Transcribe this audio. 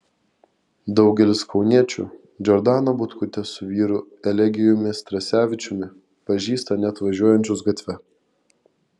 daugelis kauniečių džordaną butkutę su vyru elegijumi strasevičiumi pažįsta net važiuojančius gatve